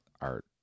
art